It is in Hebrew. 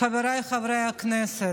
חבריי חברי הכנסת,